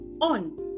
on